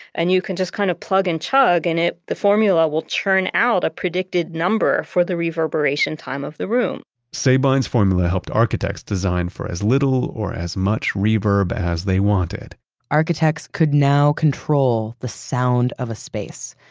and you can just kind of plug and chug and the formula will churn out a predicted number for the reverberation time of the room sabine's formula helped architects design for as little or as much reverb as they wanted architects could now control the sound of a space.